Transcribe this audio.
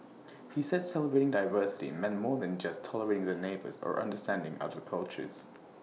he said celebrating diversity meant more than just tolerating the neighbours or understanding other cultures